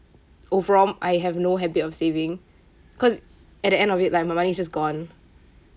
overall I have no habit of saving cause at the end of it like my money is just gone